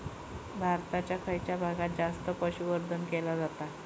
भारताच्या खयच्या भागात जास्त पशुसंवर्धन केला जाता?